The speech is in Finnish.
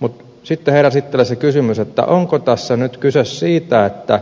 mutta sitten heräsi itsellä se kysymys onko tässä nyt kyse siitä että